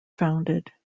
founded